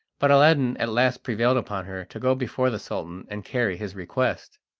but aladdin at last prevailed upon her to go before the sultan and carry his request.